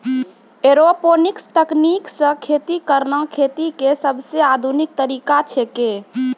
aeroponics तकनीक सॅ खेती करना खेती के सबसॅ आधुनिक तरीका छेकै